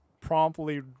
promptly